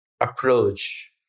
approach